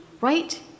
right